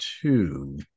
two